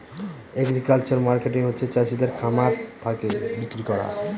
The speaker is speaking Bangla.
এগ্রিকালচারাল মার্কেটিং হচ্ছে চাষিদের খামার থাকে বিক্রি করা